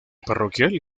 parroquial